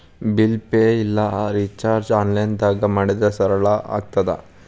bill pay ಇಲ್ಲಾ ರಿಚಾರ್ಜ್ನ ಆನ್ಲೈನ್ದಾಗ ಮಾಡಿದ್ರ ಸರಳ ಆಗತ್ತ